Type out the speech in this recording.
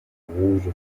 rouge